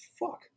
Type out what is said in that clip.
Fuck